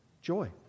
joy